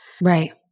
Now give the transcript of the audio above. Right